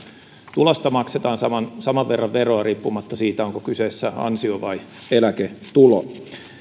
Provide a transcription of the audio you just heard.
tulosta maksetaan saman saman verran veroa riippumatta siitä onko kyseessä ansio vai eläketulo